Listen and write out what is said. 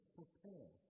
prepare